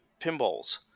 pinballs